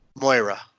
Moira